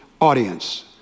audience